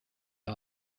der